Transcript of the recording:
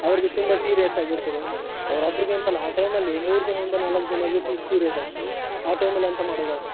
ಅವ್ರಿಗೆ ತುಂಬ ಸೀರಿಯಸ್ಸಾಗಿರ್ತದೆ ಅವರೊಬ್ರಿಗೆ ಅಂತಲ್ಲ ಆ ಟೈಮಲ್ಲಿ ಮೂರು ಜನರಿಂದ ನಾಲ್ಕು ಜನರಿಗೆ ಸೀರಿಯಸ್ ಆಗ್ತದೆ ಆ ಟೈಮಲ್ಲಿ ಎಂತ ಮಾಡುವುದು ಆಗ